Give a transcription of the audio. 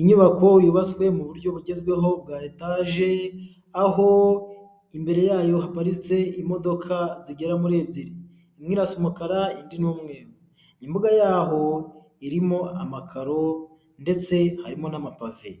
Inyubako yubatswe mu buryo bugezweho bwa etaje, aho imbere yayo haparitse imodoka zigera muri ebyiri, imwe irasa umukara, indi ni umweru, imbuga yaho irimo amakaro ndetse harimo n'amapave,